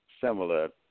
similar